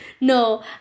No